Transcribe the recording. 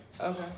Okay